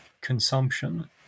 consumption